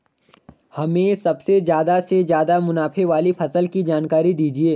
हमें सबसे ज़्यादा से ज़्यादा मुनाफे वाली फसल की जानकारी दीजिए